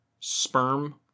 sperm